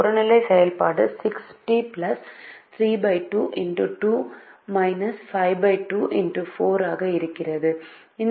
புறநிலை செயல்பாடு 60 32 X 2 52 X 4 ஆக இருந்தது